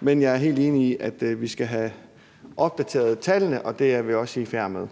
men jeg er helt enig i, at vi skal have opdateret tallene, og det er vi også i færd